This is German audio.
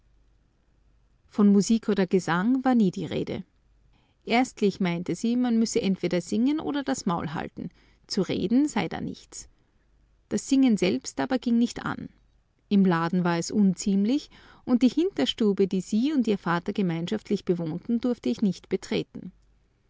von musik oder gesang war nie die rede erstlich meinte sie man müsse entweder singen oder das maul halten zu reden sei da nichts das singen selbst aber ging nicht an im laden war es unziemlich und die hinterstube die sie und ihr vater gemeinschaftlich bewohnten durfte ich nicht betreten